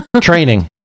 Training